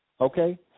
okay